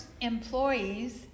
employees